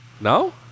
No